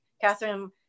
Catherine